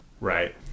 right